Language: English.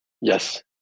Yes